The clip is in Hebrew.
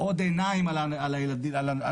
עוד עיניים על אנשים.